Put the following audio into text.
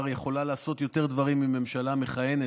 יכולה לעשות יותר דברים מממשלה מכהנת,